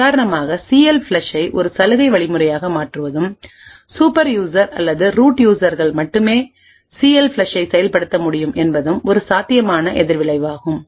உதாரணமாக சிஎல்ஃப்ளஷ் ஐ ஒரு சலுகை வழிமுறையாக மாற்றுவதும் சூப்பர் யூசர்கள் அல்லது ரூட் யூசர்கள் மட்டுமே சிஎல்ஃப்ளஷ் ஐ செயல்படுத்த முடியும் என்பதும் ஒரு சாத்தியமான எதிர்விளைவாகும்